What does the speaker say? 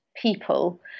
people